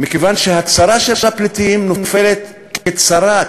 מכיוון שהצרה של הפליטים נופלת כצרה,